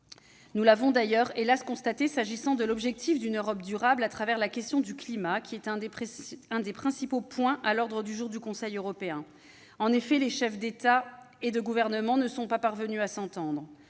Nous l'avons d'ailleurs hélas constaté, s'agissant de l'objectif d'une Europe durable, avec la question du climat, qui était un des principaux points à l'ordre du jour de la réunion du Conseil européen. En effet, les chefs d'État et de gouvernement ne sont pas parvenus à s'entendre.